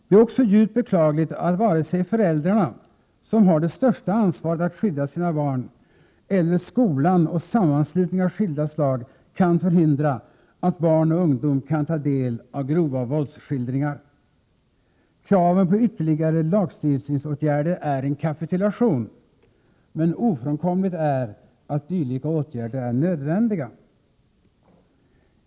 Det är också djupt beklagligt att varken föräldrarna, som har det största ansvaret att skydda sina barn, eller skolan och sammanslutningar av skilda slag kan förhindra att barn och ungdom tar del av grova våldsskildringar. Kraven på ytterligare lagstiftningsåtgärder är en kapitulation. Men ofrånkomligt är att dylika åtgärder är nödvändiga.